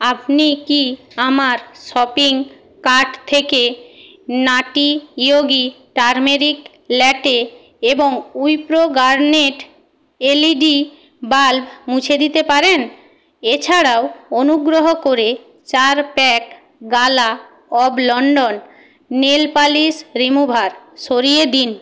আপনি কি আমার শপিং কার্ট থেকে নাটি ইয়োগি টারমেরিক ল্যাটে এবং উইপ্রো গার্নেট এলইডি বাল্ব মুছে দিতে পারেন এছাড়াও অনুগ্রহ করে চার pack Gala of London nail polish remover সরিয়ে দিন